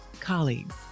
colleagues